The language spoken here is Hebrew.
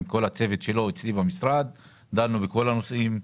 עם כל הצוות שלו ודנו בכל הנושאים.